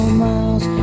miles